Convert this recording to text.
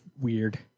weird